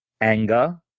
anger